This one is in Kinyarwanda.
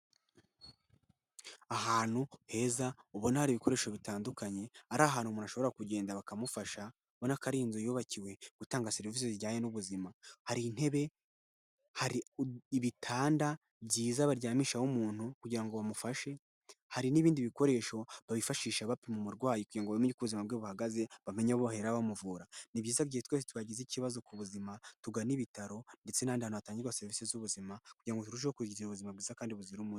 Ahantu heza ubona nta hari ibikoresho bitandukanye ari ahantu umuntu ashobora kugenda bakamufasha ubonaka ari inzu yubakiwe gutanga serivisi zijyanye n'ubuzima hari intebe hari ibitanda byiza baryamishaho umuntu kugira bamufashe hari n'ibindi bikoresho babifashisha bapima umurwayi kugira ngomenye ubuzima bwe buhagaze bamenye bo bahera bamuvura ni byizayiza twese twagize ikibazo ku buzima tugana ibitaro ndetse n'aditu hatangirwa serivisi z'ubuzima kugirango ngo turusheho kugira ubuzima bwiza kandi buzira umuze.